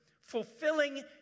fulfilling